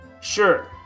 Sure